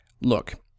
Look